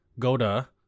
Goda